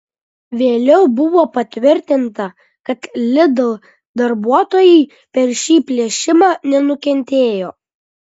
vėliau buvo patvirtinta kad lidl darbuotojai per šį plėšimą nenukentėjo